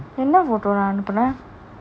என்ன:enna photo நான் அனுப்புனேன்:naan anupunan